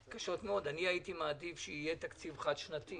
הייתי מעדיף שיהיה תקציב חד-שנתי